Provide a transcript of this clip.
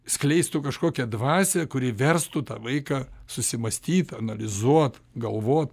skleistų kažkokią dvasią kuri verstų tą vaiką susimąstyt analizuot galvot